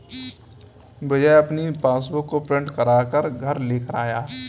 विजय अपनी पासबुक को प्रिंट करा कर घर लेकर आया है